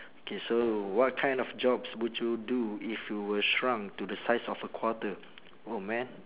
okay so what kind of jobs would you do if you were shrunk to the size of a quarter oh man